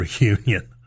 reunion